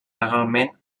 legalment